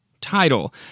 title